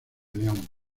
león